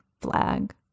flag